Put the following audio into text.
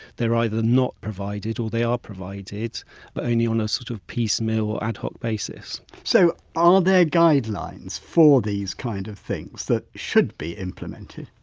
they're either not provided or they are provided but a and you know sort of piecemeal or ad hoc basis. whiteso, so are there guidelines for these kinds of things that should be implemented?